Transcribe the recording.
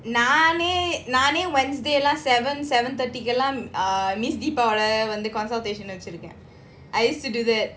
நானேநானே:nane nane wednesday lah seven seven thirty err miss deepa consultation வந்து:vandhu I used to do that